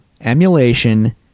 emulation